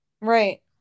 Right